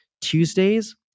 Tuesdays